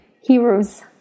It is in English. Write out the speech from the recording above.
heroes